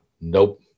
Nope